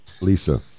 Lisa